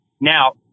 Now